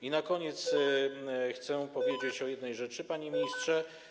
I na koniec chcę powiedzieć o jednej rzeczy, panie ministrze.